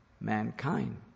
mankind